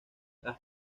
las